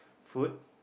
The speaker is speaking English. food